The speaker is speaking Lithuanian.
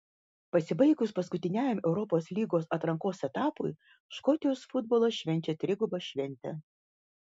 pasibaigus paskutiniajam europos lygos atrankos etapui škotijos futbolas švenčia trigubą šventę